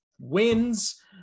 wins